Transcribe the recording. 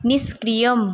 निष्क्रियम्